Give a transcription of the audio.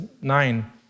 nine